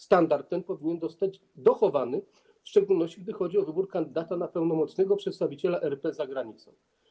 Standard ten powinien zostać dochowany, w szczególności jeśli chodzi o wybór kandydata na pełnomocnego przedstawiciela RP za granicą.